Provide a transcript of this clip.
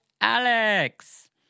Alex